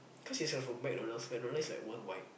cause it's like from McDonald's McDonald's is like world wide